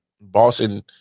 boston